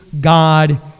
God